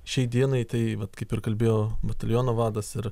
šiai dienai tai vat kaip ir kalbėjo bataliono vadas ir